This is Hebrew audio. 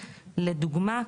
לדוגמא,